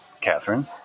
Catherine